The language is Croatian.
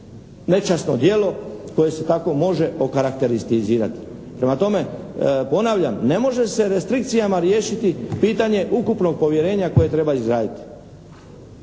nečasno djelo koje se tako može okarakterizirati. Prema tome, ponavljam, ne može se restrikcijama riješiti pitanje ukupnog povjerenja koje treba izraditi.